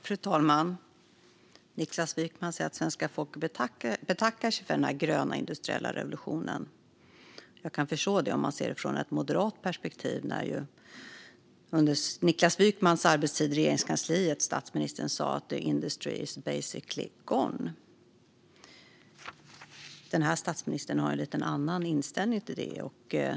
Fru talman! Niklas Wykman säger att svenska folket betackar sig för den gröna industriella revolutionen. Jag kan förstå det om man ser det från ett moderat perspektiv. Under Niklas Wykmans arbetstid i Regeringskansliet sa statsministern: The industry is basically gone. Den här statsministern har en lite annan inställning till det.